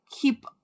keep